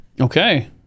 Okay